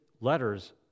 letters